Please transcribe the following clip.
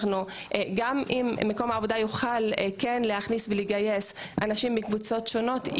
אנחנו גם אם מקום העבודה יוכל כן להכניס ולגייס אנשים מקבוצות שונות,